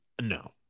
no